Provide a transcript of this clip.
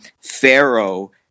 Pharaoh